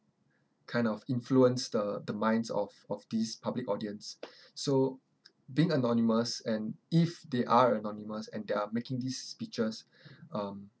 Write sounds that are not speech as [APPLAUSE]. kind of influence the the minds of of these public audience [BREATH] so being anonymous and if they are anonymous and they are making these speeches um